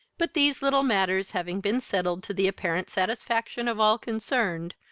but these little matters having been settled to the apparent satisfaction of all concerned,